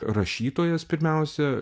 rašytojas pirmiausia